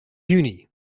juny